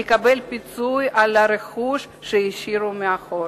לקבל פיצוי על הרכוש שהשאירו מאחור,